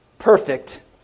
Perfect